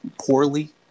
poorly